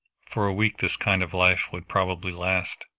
for a week this kind of life would probably last,